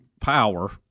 power